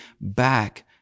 back